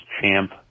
champ